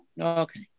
Okay